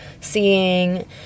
seeing